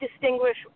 distinguish